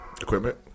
equipment